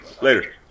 later